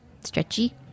stretchy